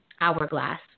hourglass